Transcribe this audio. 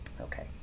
Okay